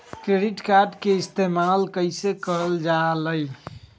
Credit card के इस्तेमाल कईसे करल जा लई?